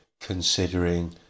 considering